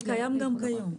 אבל זה קיים גם היום.